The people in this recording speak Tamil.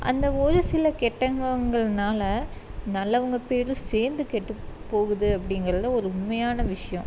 அந்த ஒரு சில கெட்டவங்கள்னாலே நல்லவங்க பெயரும் சேர்ந்து கெட்டுப் போகுது அப்படிங்கிறது ஒரு உண்மையான விஷயம்